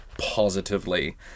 positively